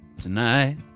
tonight